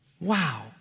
Wow